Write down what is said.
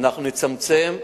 אנחנו נצמצם,